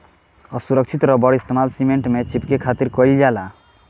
असुरक्षित रबड़ के इस्तेमाल सीमेंट में चिपके खातिर कईल जाला